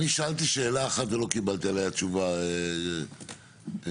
אני שאלתי שאלה אחת ולא קיבלתי עליה תשובה, רות.